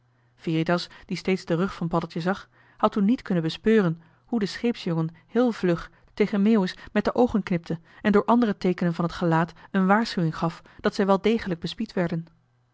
veritas die steeds den rug van paddeltje zag had toen niet kunnen bespeuren hoe de scheepsjongen heel vlug tegen meeuwis moet de oogen knipte en door andere teekenen van t gelaat een waarschuwing gaf dat zij wel degelijk bespied werden